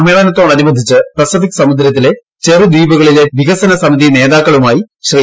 സമ്മേളനത്തോടനുബന്ധിച്ച് സമുദ്രത്തിലെ ചെറുദ്ധീപുകളിലെ വികസന സൂമിതി നേതാക്കളുമായി ശ്രീ